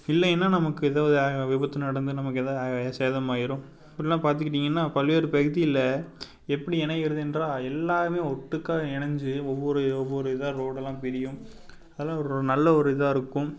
இல்லைன்னா நமக்கு எதாவது விபத்து நடந்து நமக்கு எதாவது சேதம் ஆயிடும் இப்படில்லா பார்த்துக்கிட்டீங்கன்னா பல்வேறு பகுதியில் எப்படி இணைகிறது என்றால் எல்லாமே ஒட்டுக்காக இணைஞ்சு ஒவ்வொரு ஒவ்வொரு இதாக ரோடல்லாம் பிரியும் அதல்லாம் ஒரு நல்ல ஒரு இதாக இருக்கும்